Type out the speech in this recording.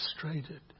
Frustrated